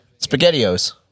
SpaghettiOs